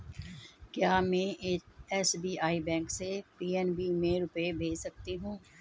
क्या में SBI bank से पी.एन.बी में रुपये भेज सकती हूँ?